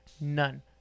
none